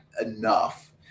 enough